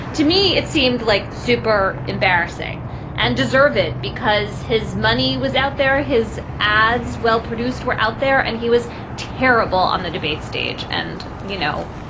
to me, it seemed like super embarrassing and deserve it because his money was out there, his ads well-produced were out there and he was terrible on the debate stage. and, you know,